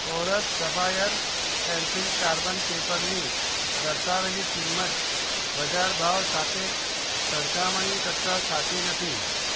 chorus Sapphire pencil carbon પેપરની દર્શાવેલી કિંમત બજાર ભાવ સાથે સરખામણી કરતાં સાચી નથી